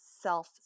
self